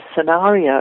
scenario